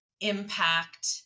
impact